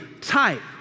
type